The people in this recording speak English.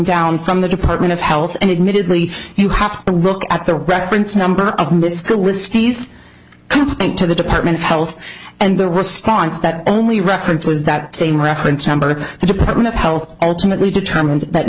down from the department of health and admittedly you have to look at the reference number of these complaint to the department of health and the response that only records was that same reference number the department of health ultimately determined that